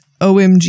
OMG